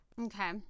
Okay